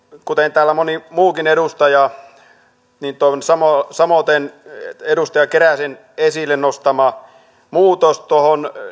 kuten täällä moni muukin edustaja samoiten edustaja keräsen esille nostamaa muutosta tuohon